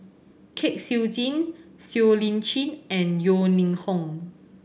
Kwek Siew Jin Siow Lee Chin and Yeo Ning Hong